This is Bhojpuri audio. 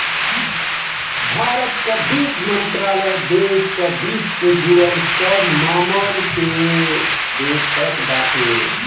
भारत कअ वित्त मंत्रालय देस कअ वित्त से जुड़ल सब मामल के देखत बाटे